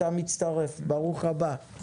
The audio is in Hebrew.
אתה מצטרף, ברוך הבא.